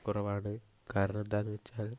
കുറവാണ് കാരണം എന്താണെന്ന് വെച്ചാൽ